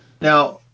Now